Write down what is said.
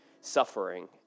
suffering